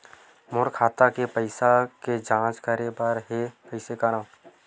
मोर खाता के पईसा के जांच करे बर हे, कइसे करंव?